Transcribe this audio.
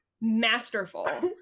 masterful